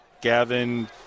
Gavin